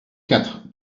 quatre